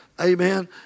Amen